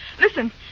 Listen